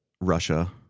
Russia